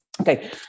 Okay